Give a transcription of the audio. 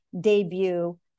debut